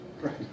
Right